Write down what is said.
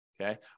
Okay